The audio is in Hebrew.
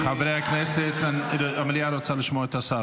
חברי הכנסת, המליאה רוצה לשמוע את השר.